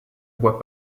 boit